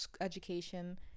education